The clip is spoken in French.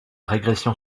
régression